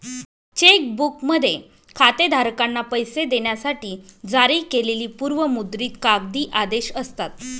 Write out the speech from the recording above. check बुकमध्ये खातेधारकांना पैसे देण्यासाठी जारी केलेली पूर्व मुद्रित कागदी आदेश असतात